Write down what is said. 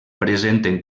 presenten